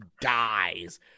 dies